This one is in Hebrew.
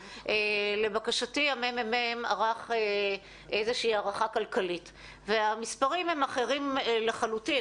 לבקשתי הממ"מ ערך איזה שהיא הערכה כלכלית והמספרים הם אחרים לחלוטין,